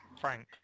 Frank